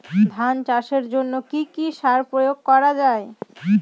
ধান চাষের জন্য কি কি সার প্রয়োগ করা য়ায়?